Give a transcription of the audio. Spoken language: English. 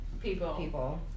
people